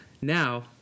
Now